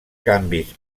canvis